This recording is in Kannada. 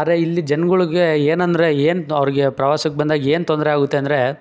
ಆದರೆ ಇಲ್ಲಿ ಜನ್ಗಳ್ಗೆ ಏನಂದರೆ ಏನು ಅವ್ರಿಗೆ ಪ್ರವಾಸಕ್ ಬಂದಾಗ ಏನು ತೊಂದರೆ ಆಗುತ್ತೆ ಅಂದರೆ